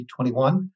2021